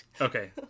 Okay